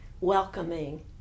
welcoming